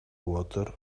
water